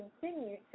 continue